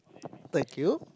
thank you